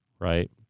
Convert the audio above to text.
right